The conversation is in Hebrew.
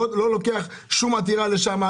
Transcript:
לא לוקח שום עתירה לשם,